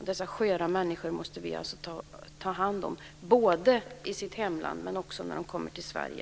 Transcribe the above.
Dessa sköra människor måste vi ta hand om både i deras hemland och också när de kommer till Sverige.